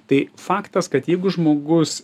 tai faktas kad jeigu žmogus